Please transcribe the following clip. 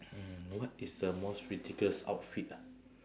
hmm what is the most ridiculous outfit ah